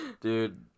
Dude